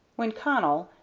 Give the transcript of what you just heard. when connell,